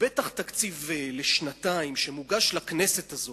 ובטח תקציב לשנתיים שמוגש לכנסת הזאת,